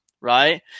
right